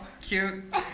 cute